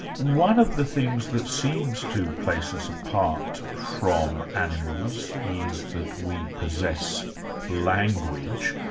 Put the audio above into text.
one of the things that seems to place us apart from animals is that we possess language,